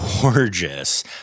gorgeous